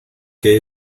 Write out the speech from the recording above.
que